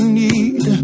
need